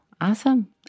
Awesome